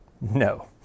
No